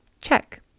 Check